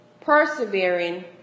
persevering